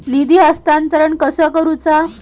निधी हस्तांतरण कसा करुचा?